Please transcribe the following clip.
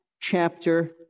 chapter